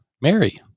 Mary